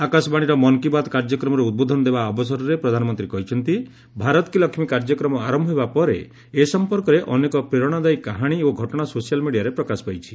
ଆକାଶବାଣୀର ମନ୍ କୀ ବାତ୍ କାର୍ଯ୍ୟକ୍ରମରେ ଉଦ୍ବୋଧନ ଦେବା ଅବସରରେ ପ୍ରଧାନମନ୍ତ୍ରୀ କହିଛନ୍ତି ଭାରତ୍ କୀ ଲକ୍ଷ୍ମୀ କାର୍ଯ୍ୟକ୍ରମ ଆରମ୍ଭ ହେବା ପରେ ଏ ସମ୍ପର୍କରେ ଅନେକ ପ୍ରେରଣାଦାୟୀ କାହାଣୀ ଓ ଘଟଣା ସୋସିଆଲ୍ ମିଡିଆରେ ପ୍ରକାଶ ପାଇଛି